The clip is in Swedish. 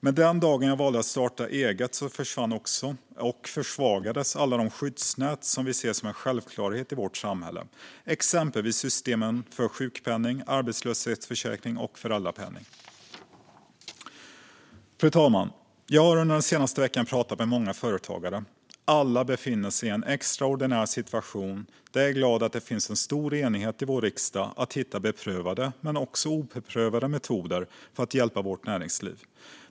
Men den dagen jag valde att starta eget försvann eller försvagades alla de skyddsnät som vi ser som en självklarhet i vårt samhälle, exempelvis systemen för sjukpenning, arbetslöshetsförsäkring och föräldrapenning. Fru talman! Jag har den senaste veckan pratat med många företagare. Alla befinner sig i en extraordinär situation. Jag är glad att det finns en stor enighet i vår riksdag om att hitta beprövade men också oprövade metoder för att hjälpa vårt näringsliv.